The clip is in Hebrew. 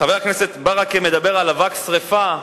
חבר הכנסת ברכה מדבר על אבק שרפה,